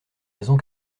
raisons